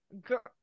girl